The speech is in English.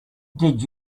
did